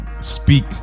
Speak